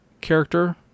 character